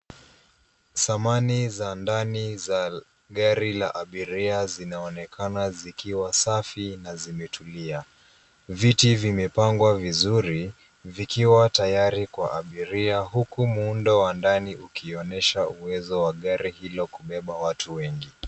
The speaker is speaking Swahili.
Samani za ndani za gari la abiria zinaonekana zikiwa safi na zimetulia. Viti vimepangwa vizuri vikiwa tayari kwa abiria huku muundo wa ndani ukionyesha uwezo wa gari hilo kubeba watu wengi.